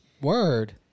Word